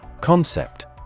Concept